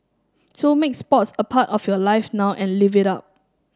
so make sports a part of your life now and live it up